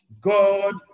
god